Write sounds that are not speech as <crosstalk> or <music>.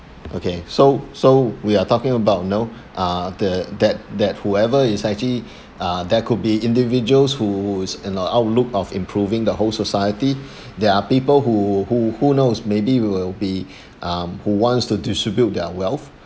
okay so so we are talking about you know <breath> uh the that that whoever is actually <breath> uh there could be individuals who is in the outlook of improving the whole society <breath> there are people who who who knows maybe will be <breath> um who wants to distribute their wealth